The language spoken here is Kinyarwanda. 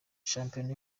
shampiyona